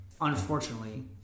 unfortunately